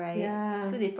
ya